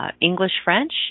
English-French